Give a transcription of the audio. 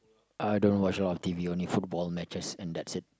I don't watch a lot of t_v only football matches and that's it